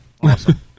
Awesome